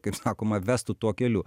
kaip sakoma vestų tuo keliu